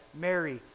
Mary